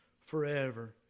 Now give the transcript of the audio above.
forever